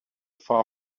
far